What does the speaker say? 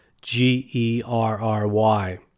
G-E-R-R-Y